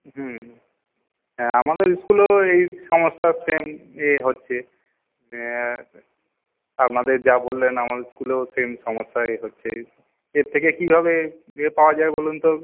হুম হ্যাঁ আমাদের ইস্কুলেও এই সমস্যা সেম এই হচ্ছে আপনাদের যা বললেন আমাদের স্কুলেও সেম সমস্যাই হচ্ছে এর থেকে কীভাবে ইয়ে পাওয়া যাই বলুন তো